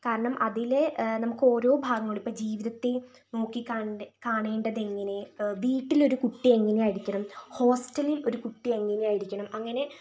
കാരണം അതിലെ നമുക്കോരോ ഭാഗങ്ങളും ഇപ്പോൾ ജീവിതത്തെ നോക്കി കാണണ്ടെ കാണേണ്ടതെങ്ങനെ വീട്ടിലൊരു കുട്ടി എങ്ങനെ ആയിരിക്കണം ഹോസ്റ്റലിൽ ഒരു കുട്ടി എങ്ങനെ ആയിരിക്കണം അങ്ങനെ